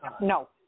No